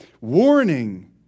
warning